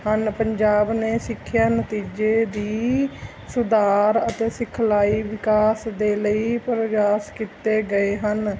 ਹਨ ਪੰਜਾਬ ਨੇ ਸਿੱਖਿਆ ਨਤੀਜੇ ਦੇ ਸੁਧਾਰ ਅਤੇ ਸਿਖਲਾਈ ਵਿਕਾਸ ਦੇ ਲਈ ਪ੍ਰਯਾਸ ਕੀਤੇ ਗਏ ਹਨ